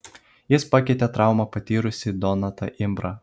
jis pakeitė traumą patyrusį donatą imbrą